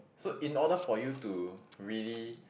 so in order for you to really